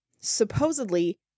supposedly